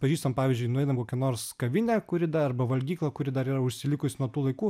pažįstam pavyzdžiui nueinam kokią nors kavinę kuri dar arba valgyklą kuri dar yra užsilikus nuo tų laikų